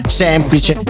semplice